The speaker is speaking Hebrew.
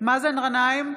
מאזן גנאים,